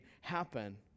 happen